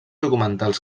documentals